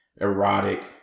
erotic